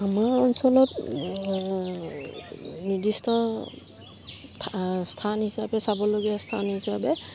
আমাৰ অঞ্চলত নিৰ্দিষ্ট থা স্থান হিচাপে চাবলগীয়া স্থান হিচাপে